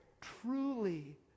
truly